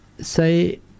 say